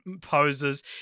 poses